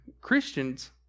Christians